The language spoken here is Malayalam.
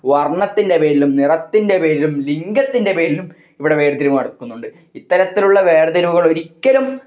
വർണ്ണത്തിൻ്റെ പേരിലും നിറത്തിൻ്റെ പേരിലും ലിംഗത്തിൻ്റെ പേരിലും ഇവിടെ വേർതിരിവ് നടക്കുന്നുണ്ട് ഇത്തരത്തിലുള്ള വേർതിരിവുകളൊരിക്കലും